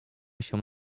się